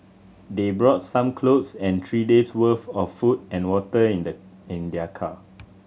they brought some clothes and three days' worth of food and water in the in their car